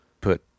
put